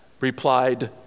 replied